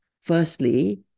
Firstly